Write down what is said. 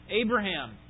Abraham